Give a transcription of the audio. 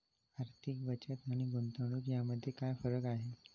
आर्थिक बचत आणि गुंतवणूक यामध्ये काय फरक आहे?